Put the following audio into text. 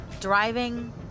driving